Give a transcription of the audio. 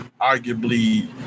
arguably